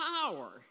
power